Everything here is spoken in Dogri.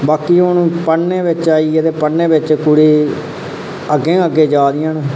बाकी हून पढ़ने बिच आइया ते पढ़ने बिच कुड़ियां अग्गै गै अग्गै जा दियां न